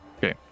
Okay